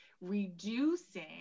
reducing